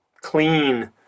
clean